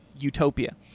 utopia